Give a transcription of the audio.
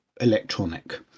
electronic